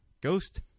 Ghost